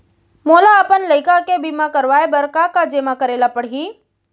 मोला अपन लइका के बीमा करवाए बर का का जेमा करे ल परही?